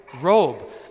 robe